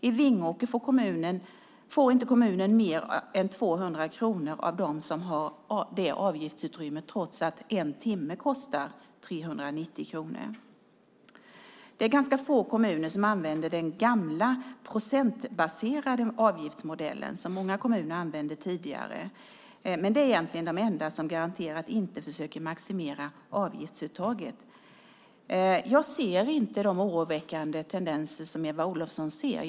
I Vingåker får kommunen inte mer än 200 kronor av dem som har det avgiftsutrymmet, trots att en timme kostar 390 kronor. Det är ganska få kommuner som använder den gamla procentbaserade avgiftsmodellen, den som många kommuner använde tidigare. De är egentligen de enda som garanterar att inte försöka maximera avgiftsuttaget. Jag ser inte de oroväckande tendenser som Eva Olofsson ser.